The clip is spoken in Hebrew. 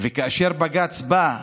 וכאשר בג"ץ בא,